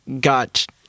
got